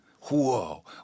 Whoa